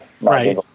Right